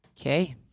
okay